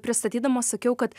pristatydamas sakiau kad